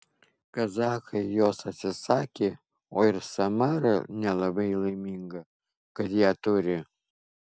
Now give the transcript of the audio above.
kazachai jos atsisakė o ir samara nelabai laiminga kad ją turi